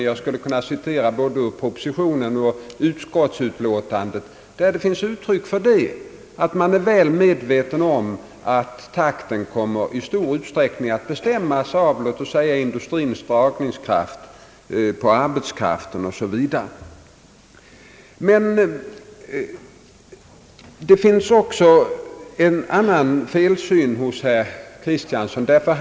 Jag skulle ur både propositionen och utskottsutlåtandet kunna citera uttryck för att man nu är väl medveten om att takten i stor utsträckning kom att bestämmas av bl.a. industrins dragningskraft på arbetskraften. Men det finns också ett annnat fel i herr Kristianssons resonemang.